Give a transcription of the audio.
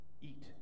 Eat